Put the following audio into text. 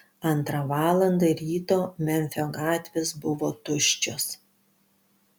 antrą valandą ryto memfio gatvės buvo tuščios